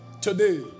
today